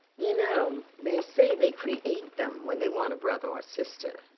you know, they say they create them when they want a brother or sister.